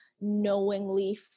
knowingly